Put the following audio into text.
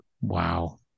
Wow